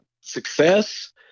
success